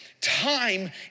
Time